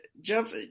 jeff